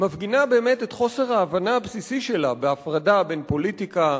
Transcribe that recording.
מפגינה באמת את חוסר ההבנה הבסיסי שלה בהפרדה בין פוליטיקה,